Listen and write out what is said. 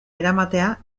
eramatea